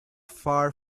far